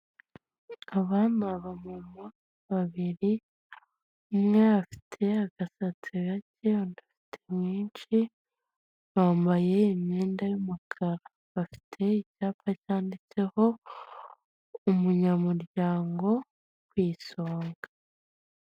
Aba ni abamama babiri ,umwe afite agasatsi gake undi afite mwinshi bambaye imyenda y'umukara bafite icyapa cyanditseho umunyamuryango ku isonga.